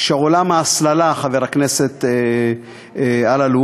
שעולם ההסללה, חבר הכנסת אלאלוף,